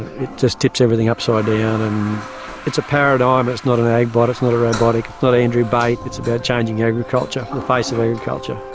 it just tips everything upside down. and it's a paradigm. it's not an ag-bot, it's not a robotic, it's not andrew bate, it's about changing agriculture, the face of agriculture,